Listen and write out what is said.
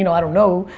you know i don't know,